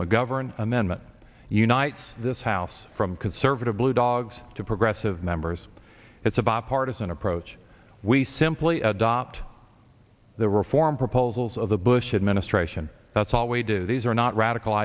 mcgovern amendment unites this house from conservative blue dogs to progressive members it's a bipartisan approach we simply adopt the reform proposals of the bush administration that's all we do these are not radical